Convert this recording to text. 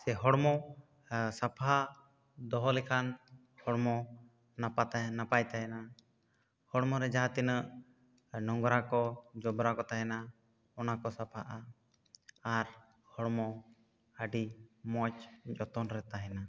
ᱥᱮ ᱦᱚᱲᱢᱚ ᱥᱟᱯᱷᱟ ᱫᱚᱦᱚ ᱞᱮᱠᱷᱟᱱ ᱦᱚᱲᱢᱚ ᱱᱟᱯᱟ ᱛᱟᱦᱮᱱᱟ ᱱᱟᱯᱟᱭ ᱛᱟᱦᱮᱱᱟ ᱦᱚᱲᱢᱚ ᱨᱮ ᱡᱟᱦᱟᱸ ᱛᱤᱱᱟᱹᱜ ᱱᱚᱝᱨᱟ ᱠᱚ ᱡᱚᱵᱽᱨᱟ ᱠᱚ ᱛᱟᱦᱮᱱᱟ ᱚᱱᱟ ᱠᱚ ᱥᱟᱯᱷᱟᱜᱼᱟ ᱟᱨ ᱦᱚᱲᱢᱚ ᱟᱹᱰᱤ ᱢᱚᱡᱽ ᱡᱚᱛᱚᱱ ᱨᱮ ᱛᱟᱦᱮᱱᱟ